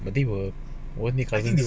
I think were wouldn't they cousins